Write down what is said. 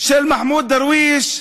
של מחמוד דרוויש: